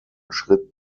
schritt